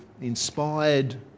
inspired